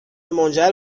منجر